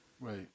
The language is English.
Right